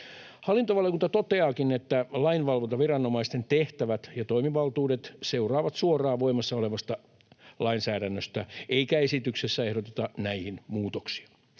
Hallintovaliokunta toteaakin, että lainvalvontaviranomaisten tehtävät ja toimivaltuudet seuraavat suoraan voimassa olevasta lainsäädännöstä, eikä esityksessä ehdoteta näihin muutoksia.